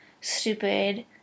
stupid